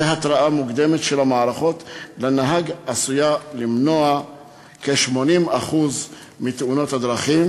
והתרעה מוקדמת של המערכות לנהג עשויה למנוע כ-80% מתאונות הדרכים.